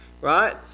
Right